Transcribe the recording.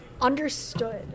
understood